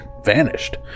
vanished